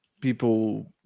people